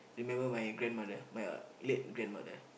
remember my grandmother my late grandmother